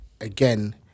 again